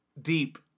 deep